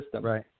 Right